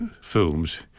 films